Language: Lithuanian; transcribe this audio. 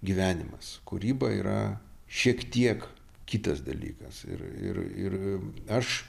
gyvenimas kūryba yra šiek tiek kitas dalykas ir ir ir aš